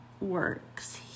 works